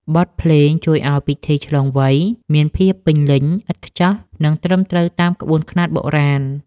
បទភ្លេងជួយឱ្យពិធីឆ្លងវ័យមានភាពពេញលេញ ឥតខ្ចោះ និងត្រឹមត្រូវតាមក្បួនខ្នាតបុរាណ។